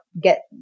get